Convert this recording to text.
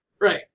right